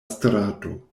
strato